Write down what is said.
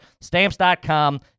Stamps.com